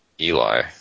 Eli